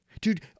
Dude